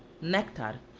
nectar.